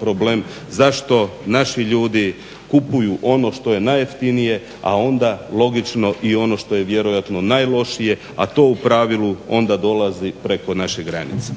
problem zašto naši ljudi kupuju ono što je najjeftinije a onda logično i ono što je vjerojatno najlošije a to u pravilu onda dolazi preko naše granice.